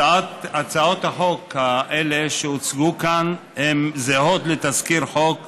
הצעות החוק האלה שהוצגו כאן זהות לתזכיר חוק